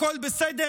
הכול בסדר.